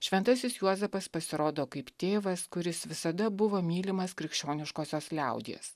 šventasis juozapas pasirodo kaip tėvas kuris visada buvo mylimas krikščioniškosios liaudies